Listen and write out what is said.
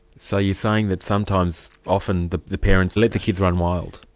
so you're saying that sometimes often the the parents let the kids run wild?